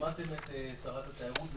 שמעתם את שרת התיירות,